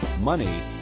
money